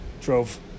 drove